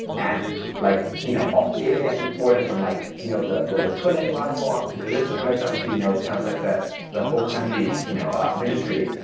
and like you know ah data gets reported from like you know the the clinic level up to the district up to you know kind of like the the whole country you know ah ministry.